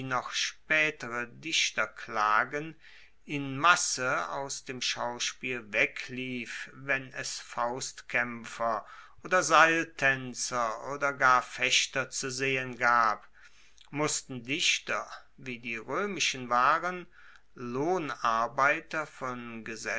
noch spaetere dichter klagen in masse aus dem schauspiel weglief wenn es faustkaempfer oder seiltaenzer oder gar fechter zu sehen gab mussten dichter wie die roemischen waren lohnarbeiter von